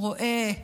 רואה,